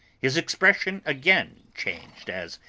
his expression again changed as,